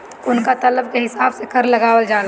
उनका तलब के हिसाब से कर लगावल जाला